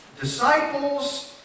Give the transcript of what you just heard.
disciples